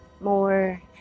more